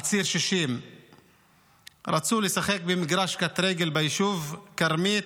על ציר 60. הם רצו לשחק במגרש קטרגל ביישוב כרמית,